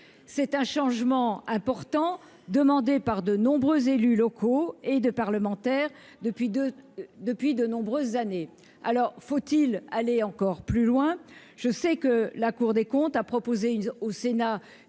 c'est un changement important demandé par de nombreux élus locaux et de parlementaires depuis de depuis de nombreuses années, alors faut-il aller encore plus loin, je sais que la Cour des comptes a proposé une au Sénat